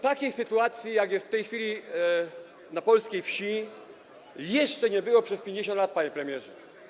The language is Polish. Takiej sytuacji, jaka jest w tej chwili na polskiej wsi, jeszcze nie było przez 50 lat, panie premierze.